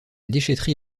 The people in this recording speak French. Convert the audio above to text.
déchèterie